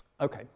Okay